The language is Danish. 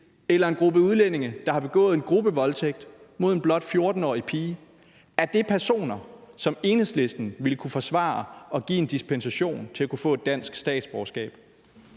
eller en gruppe udlændinge, der har begået en gruppevoldtægt mod en blot 14-årig pige. Er det personer, som Enhedslisten ville kunne forsvare at give en dispensation til at kunne få dansk statsborgerskab?